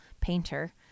painter